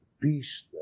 Peace